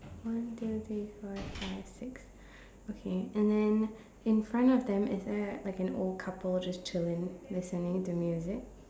one two three four five six okay and then in front of them is there like an old couple just chilling listening to music